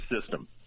system